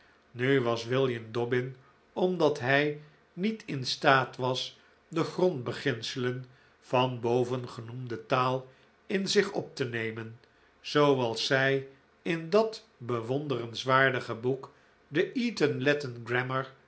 nu was william dobbin omdat hij niet in staat was de grondbeginselen van bovengenoemde taal in zich op te nemen zooals zij in dat bewonderenswaardige boek de